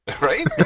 Right